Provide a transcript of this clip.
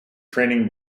training